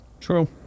True